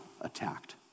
attacked